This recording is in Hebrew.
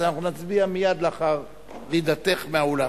אז אנחנו נצביע מייד לאחר רדתך מהדוכן.